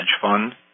fund